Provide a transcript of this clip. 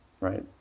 right